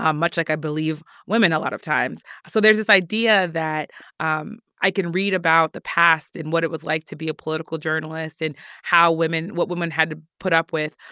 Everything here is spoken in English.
um much like i believe women a lot of times. so there's this idea that um i can read about the past and what it was like to be a political journalist and how women what woman had to put up with,